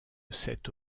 cette